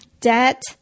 Debt